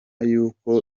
y’uko